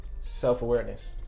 self-awareness